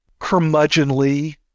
curmudgeonly